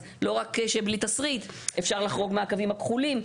אז לא רק שבלי תשריט אפשר גם לחרוג מהקווים הכחולים,